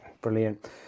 brilliant